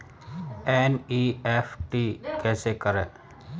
NEFT कैसे करें?